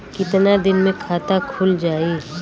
कितना दिन मे खाता खुल जाई?